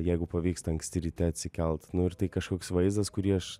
jeigu pavyksta anksti ryte atsikelt nu ir tai kažkoks vaizdas kurį aš